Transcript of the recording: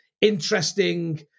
interesting